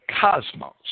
cosmos